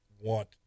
want